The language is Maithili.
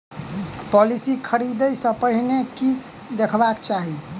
पॉलिसी खरीदै सँ पहिने की देखबाक चाहि?